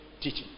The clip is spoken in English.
teaching